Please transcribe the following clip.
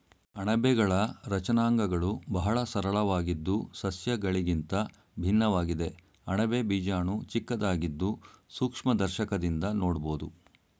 ಅಣಬೆಗಳ ರಚನಾಂಗಗಳು ಬಹಳ ಸರಳವಾಗಿದ್ದು ಸಸ್ಯಗಳಿಗಿಂತ ಭಿನ್ನವಾಗಿದೆ ಅಣಬೆ ಬೀಜಾಣು ಚಿಕ್ಕದಾಗಿದ್ದು ಸೂಕ್ಷ್ಮದರ್ಶಕದಿಂದ ನೋಡ್ಬೋದು